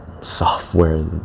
software